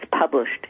published